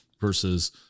versus